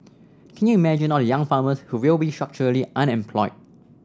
can you imagine all the young farmers who will be structurally unemployed